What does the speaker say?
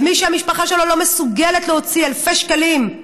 ומי שהמשפחה שלו לא מסוגלת להוציא אלפי שקלים,